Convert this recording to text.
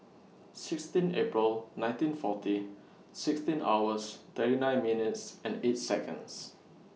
sixteen April nineteen forty sixteen hours thirty nine minutes and eight Seconds